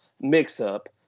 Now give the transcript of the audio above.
mix-up